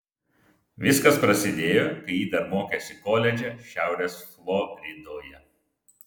viskas prasidėjo kai ji dar mokėsi koledže šiaurės floridoje